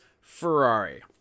Ferrari